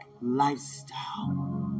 lifestyle